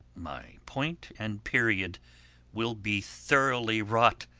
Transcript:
my point and period will be throughly wrought,